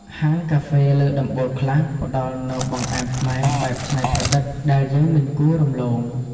ហាងកាហ្វេលើដំបូលខ្លះផ្ដល់នូវបង្អែមខ្មែរបែបច្នៃប្រឌិត ដែលយើងមិនគួររំលង។ (